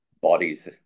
bodies